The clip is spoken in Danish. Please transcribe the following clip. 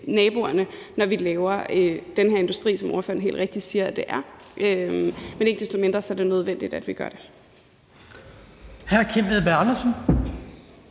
naboerne, når vi laver den her industri, som ordføreren helt rigtigt siger det er. Men ikke desto mindre er det nødvendigt, at vi gør det.